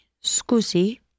scusi